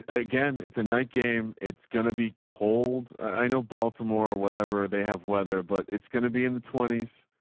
ah again, it's a night game. it's going to be cold. i know baltimore, whatever they have weather, but it's going to be in the twenties.